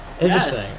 Interesting